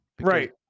Right